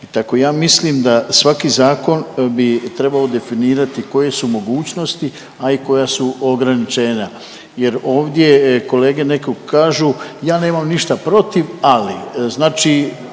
Tako ja mislim da svaki zakon bi trebao definirati koje su mogućnosti, a i koja su ograničenja jer ovdje kolege neke kažu ja nemam ništa protiv ali. Znači